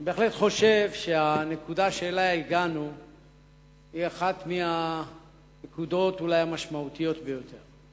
אני חושב שהנקודה שאליה הגענו היא אולי אחת הנקודות המשמעותיות ביותר.